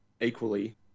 equally